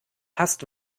hasst